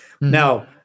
Now